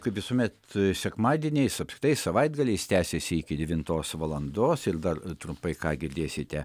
kaip visuomet sekmadieniais apskritai savaitgaliais tęsiasi iki devintos valandos ir dar trumpai ką girdėsite